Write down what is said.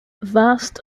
vast